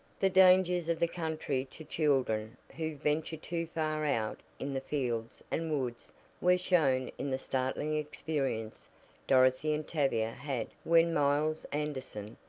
the dangers of the country to children who venture too far out in the fields and woods were shown in the startling experience dorothy and tavia had when miles anderson,